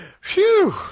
Phew